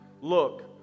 Look